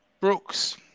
Brooks